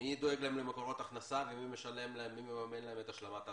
מי דואג להם למקורות הכנסה ומי מממן להם את השלמת ההשכלה?